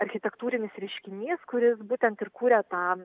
architektūrinis reiškinys kuris būtent ir kuria tą